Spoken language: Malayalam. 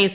എസ്